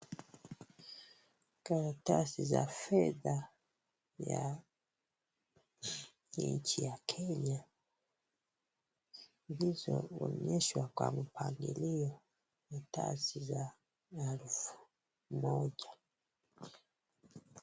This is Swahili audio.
Karatasi ya fedha ya nchi ya Kenya zilizoonyeshwa kwa mpangilio mtasi za elfu moja.